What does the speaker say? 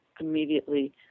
immediately